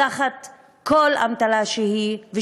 בכל אמתלה שהיא,